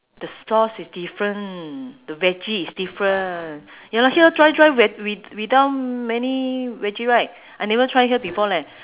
the sauce is different the veggie is different ya lah here dry dry wi~ with~ without many veggie right I never try here before leh